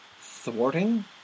thwarting